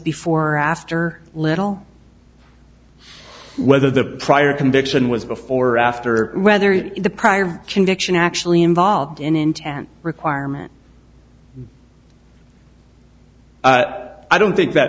before after little whether the prior conviction was before or after whether the prior conviction actually involved in intent requirement i don't think that